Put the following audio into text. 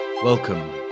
Welcome